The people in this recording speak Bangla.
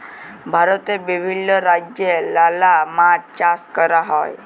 ভারতে বিভিল্য রাজ্যে লালা মাছ চাষ ক্যরা হ্যয়